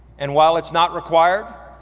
and while it's not required,